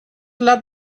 love